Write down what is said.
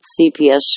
CPS